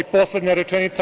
Poslednja rečenica.